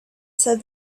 said